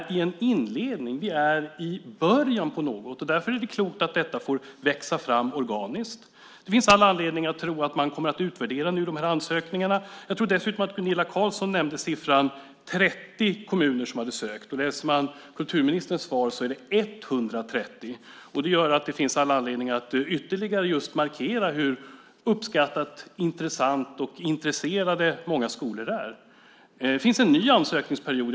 Vi är i en inledningsfas, i början av något. Därför är det klokt att detta får växa fram organiskt. Det finns all anledning att tro att man nu kommer att utvärdera ansökningarna. Jag tror att Gunilla Carlsson nämnde att 30 kommuner sökt. Men läser man kulturministerns svar är det fråga om 130 kommuner. Det finns således all anledning att ytterligare markera hur uppskattande och intresserade många skolor är. Det finns en ny ansökningsperiod.